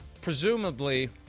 presumably